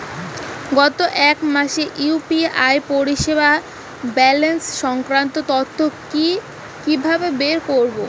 গত এক মাসের ইউ.পি.আই পরিষেবার ব্যালান্স সংক্রান্ত তথ্য কি কিভাবে বের করব?